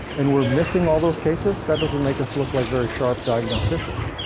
and we're missing all those cases? that doesn't make us look like very sharp diagnosticians.